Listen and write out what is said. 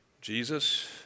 Jesus